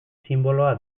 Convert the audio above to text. sinboloa